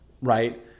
right